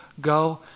Go